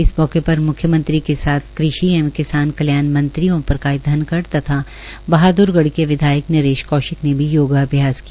इस मौके पर म्ख्यमंत्री के साथ कृषि एवं किसान कल्याण मंत्री श्री ओमप्रकाश धनखड़ तथा बहाद्रगढ़ के विधायक श्री नरेश कौशिक ने भी योगाभ्यास किया